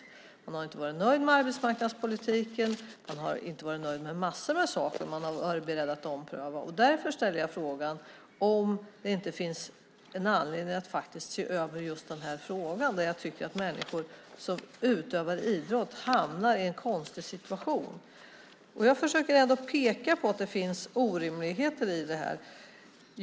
De har inte varit nöjda med arbetsmarknadspolitiken och med en massa andra saker. De har varit beredda att ompröva dem. Därför ställer jag frågan om det inte finns anledning att se över just den här frågan. Jag tycker att människor som utövar idrott hamnar i en konstig situation. Jag försöker peka på att det finns orimligheter i det här.